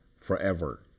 Forever